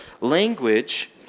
language